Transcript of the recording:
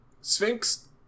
Sphinx